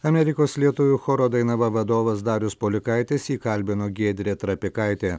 amerikos lietuvių choro dainava vadovas darius polikaitis jį kalbino giedrė trapikaitė